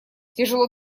тяжело